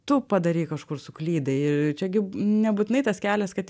tu padarei kažkur suklydai ir čiagi nebūtinai tas kelias kad